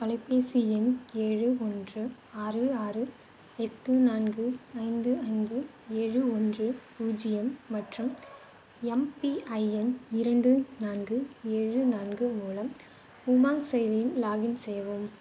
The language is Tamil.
தொலைபேசி எண் ஏழு மூன்று ஆறு ஆறு எட்டு நான்கு ஐந்து ஐந்து ஏழு ஒன்று பூஜ்ஜியம் மற்றும் எம்பிஐஎன் இரண்டு நான்கு ஏழு நான்கு மூலம் யுமாங்க் செயலியில் லாக்கின் செய்யவும்